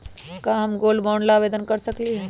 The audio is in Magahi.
का हम गोल्ड बॉन्ड ला आवेदन कर सकली ह?